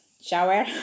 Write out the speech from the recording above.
shower